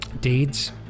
deeds